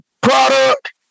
product